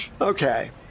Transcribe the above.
Okay